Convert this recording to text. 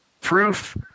proof